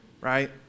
right